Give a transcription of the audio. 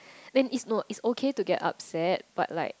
then it's no it's okay to get upset but like